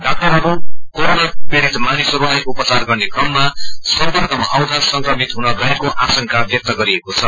डाक्टरहरू कोरोना पीड़ित मानिसहरूलाई उपचार गर्ने क्रममा सम्पर्कमा आउँदा संक्रमित हुन गएको आशंका व्यक्त गरिएको छ